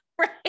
Right